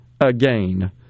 again